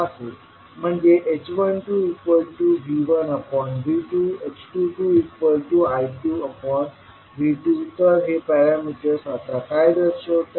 म्हणजे h12V1V2h22I2V2 तर हे पॅरामीटर्स आता काय दर्शवतात